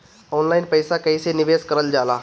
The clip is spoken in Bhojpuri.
ऑनलाइन पईसा कईसे निवेश करल जाला?